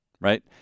Right